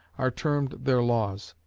are termed their laws.